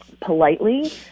politely